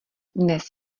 dnes